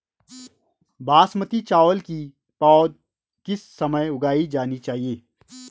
बासमती चावल की पौध किस समय उगाई जानी चाहिये?